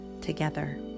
together